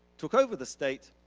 took over the state